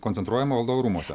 koncentruojama valdovų rūmuose